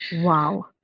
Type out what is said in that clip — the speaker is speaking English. Wow